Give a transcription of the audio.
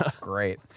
Great